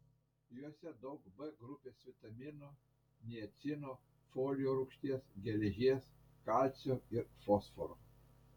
juose daug b grupės vitaminų niacino folio rūgšties geležies kalcio ir fosforo